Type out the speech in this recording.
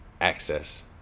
access